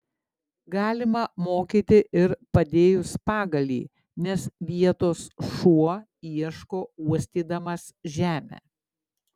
galima mokyti ir padėjus pagalį nes vietos šuo ieško uostydamas žemę